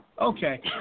Okay